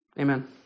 Amen